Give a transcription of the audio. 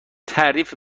تعریف